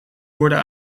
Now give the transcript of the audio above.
worden